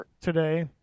today